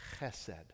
Chesed